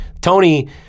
Tony